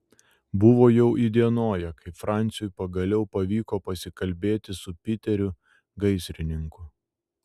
buvo jau įdienoję kai franciui pagaliau pavyko pasikalbėti su piteriu gaisrininku